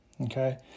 okay